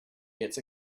gets